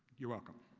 you're welcome.